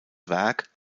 werk